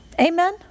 Amen